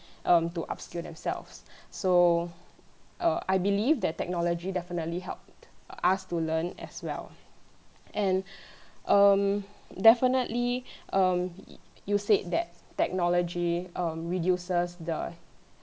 um to upskill themselves so err I believe that technology definitely help us to learn as well and um definitely um you said that technology um reduces the